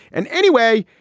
and anyway,